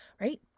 right